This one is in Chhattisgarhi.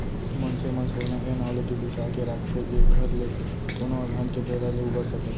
मनसे मन सोना ए नांव लेके बिसा के राखथे जेखर ले कोनो अलहन के बेरा ले उबर सकय